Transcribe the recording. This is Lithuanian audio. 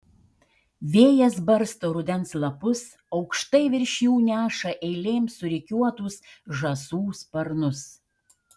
vėjas barsto rudens lapus aukštai virš jų neša eilėm surikiuotus žąsų sparnus